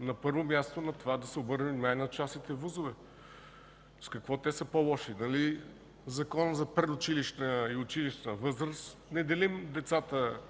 На първо място е това – да се обърне внимание на частните ВУЗ-ове. С какво те са по-лоши? В Закона за предучилищна и училищната възраст не делим децата